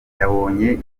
yabonye